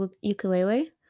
ukulele